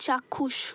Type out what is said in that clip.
চাক্ষুষ